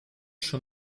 schon